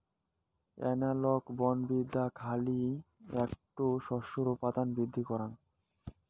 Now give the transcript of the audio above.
analogue বনবিদ্যা খালি এ্যাকটো শস্যের উৎপাদন বৃদ্ধি করাং